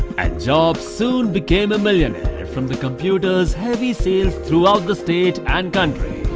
and jobs soon became a millionaire from the computers' heavy sales throughout the state and country.